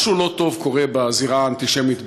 משהו לא טוב קורה בזירה האנטישמית בארצות-הברית,